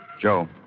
Joe